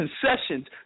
concessions